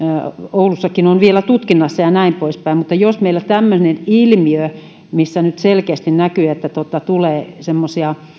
oulussakin on vielä tutkinnassa ja ja näin poispäin jos meillä on tämmöinen ilmiö missä nyt selkeästi näkyy että semmoisia